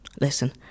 listen